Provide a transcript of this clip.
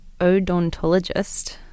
odontologist